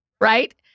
right